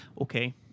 okay